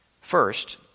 First